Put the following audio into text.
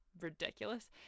ridiculous